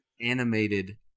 animated